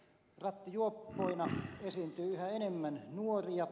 rattijuoppoina esiintyy yhä enemmän nuoria